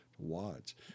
Watch